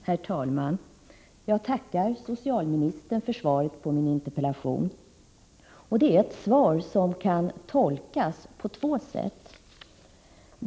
Herr talman! Jag tackar socialministern för svaret på min interpellation. Måndagen den Svaret kan tolkas på två sätt.